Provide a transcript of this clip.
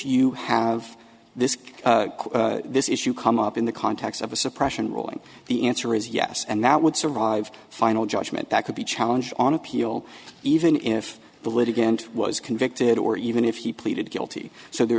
you have this this issue come up in the context of a suppression ruling the answer is yes and that would survive final judgment that could be challenged on appeal even if the litigant was convicted or even if he pleaded guilty so there